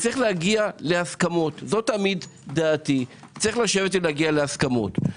יש לעשות הסכמות, לשבת ולהגיע להסכמות.